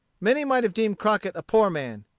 many might have deemed crockett a poor man.